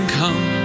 come